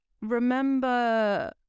remember